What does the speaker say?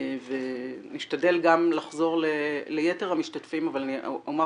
ונשתדל גם לחזור ליתר המשתתפים אבל אני אומר